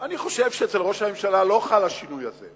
אני חושב שאצל ראש הממשלה לא חל השינוי הזה,